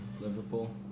Liverpool